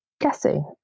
guessing